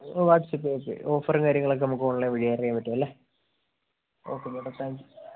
ഓ WhatsApp ചെയ്യാം ചെയ്യാം ഓഫറും കാര്യങ്ങളൊക്കെ നമുക്ക് ഓൺലൈൻ വഴി അറിയാൻ പറ്റും അല്ലേ ഓക്കെ മേഡം താങ്ക് യൂ